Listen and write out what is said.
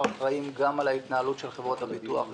אחראים גם על ההתנהלות של חברות הביטוח.